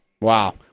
Wow